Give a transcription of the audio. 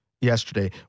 yesterday